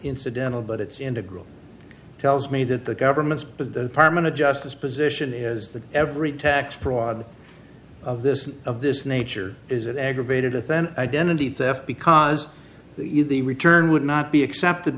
incidental but it's integral tells me that the governments but the partment of justice position is that every tax fraud of this of this nature is that aggravated with an identity theft because you the return would not be accepted